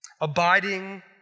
Abiding